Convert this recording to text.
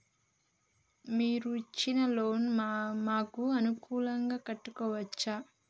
మీరు ఇచ్చిన లోన్ ను మాకు అనుకూలంగా కట్టుకోవచ్చా?